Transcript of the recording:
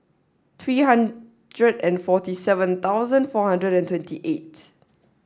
three hundred and forty seven thousand four hundred and twenty eight